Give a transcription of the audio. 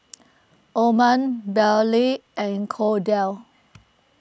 Orren Bailee and Kordell